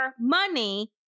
money